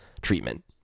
treatment